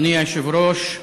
אדוני היושב-ראש,